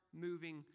moving